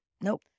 Nope